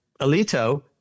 Alito